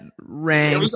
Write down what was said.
rang